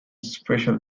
special